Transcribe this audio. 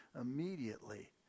immediately